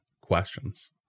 questions